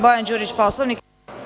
Bojan Đurić, po Poslovniku.